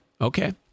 Okay